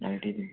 लायटीनी